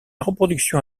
reproduction